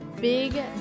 big